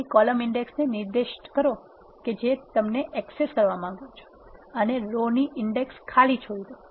તેથી column index નિર્દિષ્ટ કરો કે જેને તમે એક્સેસ કરવા માંગો છો અને રો ની ઇન્ડેક્ષ ખાલી છોડી દો